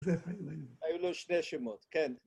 ‫היו לו שני שמות, כן.